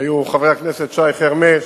היו חברי הכנסת שי חרמש,